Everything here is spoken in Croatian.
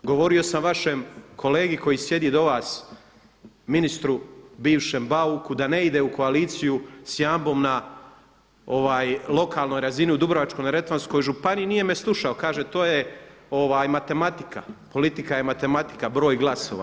Govorio sam vašem kolegi koji sjedi do vas ministru bivšem Bauku da ne ide u koaliciju s Jambom na lokalnoj razini u Dubrovačko-neretvanskoj županiji i nije me slušao, kaže to je matematika, politika je matematika, broj glasova.